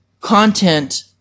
content